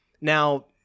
Now